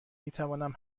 میتوانم